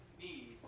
need